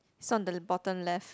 it's on the bottom left